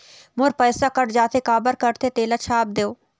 मोर पैसा कट जाथे काबर कटथे तेला छाप देव?